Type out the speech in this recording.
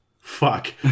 Fuck